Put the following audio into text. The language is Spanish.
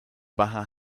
baja